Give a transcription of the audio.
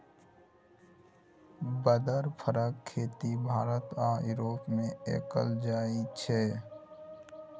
बदर फरक खेती भारत आ युरोप मे कएल जाइ छै